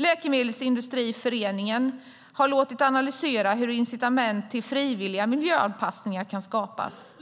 Läkemedelsindustriföreningen har låtit analysera hur incitament till frivilliga miljöanpassningar kan skapas